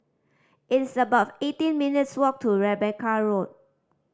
it's about eighteen minutes' walk to Rebecca Road